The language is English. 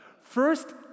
First